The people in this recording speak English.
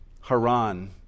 Haran